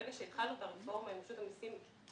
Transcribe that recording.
ברגע שהתחלנו את הרפורמה עם רשות המסים ברכב,